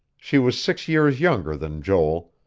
she was six years younger than joel,